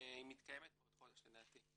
היא מתקיימת בעוד חודש לדעתי.